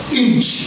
inch